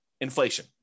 Inflation